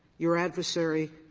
your adversary,